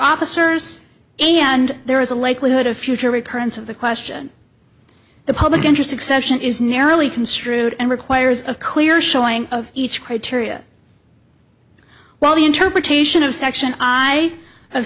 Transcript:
officers and there is a likelihood of future recurrence of the question the public interest exception is nearly construed and requires a clear showing of each criteria while the interpretation of section i have